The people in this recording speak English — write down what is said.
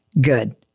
Good